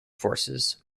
forces